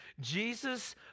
jesus